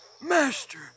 Master